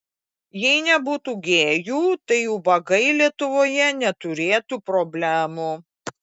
jei nebūtų gėjų tai ubagai lietuvoje neturėtų problemų